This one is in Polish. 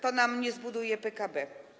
to nam nie zbuduje PKB.